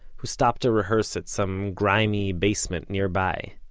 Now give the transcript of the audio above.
who stopped to rehearse at some grindy basement nearby.